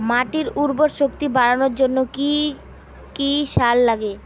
মাটির উর্বর শক্তি বাড়ানোর জন্য কি কি সার লাগে?